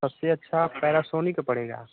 सबसे अच्छा पैरासोनी का पड़ेगा